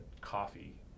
coffee